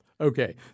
Okay